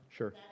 Sure